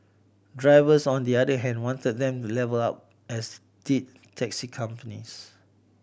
drivers on the other hand wanted them levelled up as did taxi companies